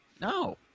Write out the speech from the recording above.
No